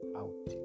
out